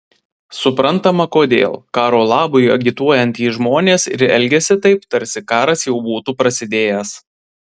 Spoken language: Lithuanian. suprantama kodėl karo labui agituojantys žmonės ir elgiasi taip tarsi karas jau būtų prasidėjęs